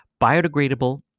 biodegradable